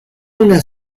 una